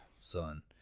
Son